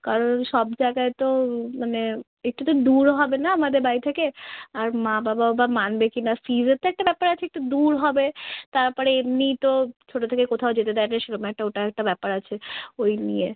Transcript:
কারণ সব জায়গায় তো মানে একটু তো দূর হবে না আমাদের বাড়ি থেকে আর মা বাবা বা মানবে কি না ফিজের তো একটা ব্যাপার আছে একটু দূর হবে তার পরে এমনি তো ছোট থেকে কোথাও যেতে দেয় না সেরকম একটা ওটা একটা ব্যাপার আছে ওই নিয়ে